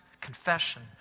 confession